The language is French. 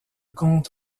comte